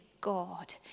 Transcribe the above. God